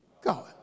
God